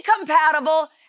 incompatible